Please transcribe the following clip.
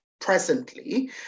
presently